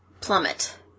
plummet